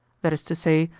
that is to say,